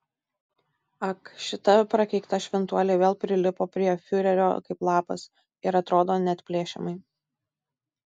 ak šita prakeikta šventuolė vėl prilipo prie fiurerio kaip lapas ir atrodo neatplėšiamai